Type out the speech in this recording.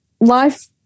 life